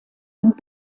und